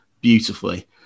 beautifully